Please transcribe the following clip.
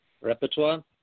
repertoire